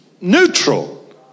neutral